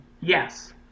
Yes